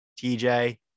TJ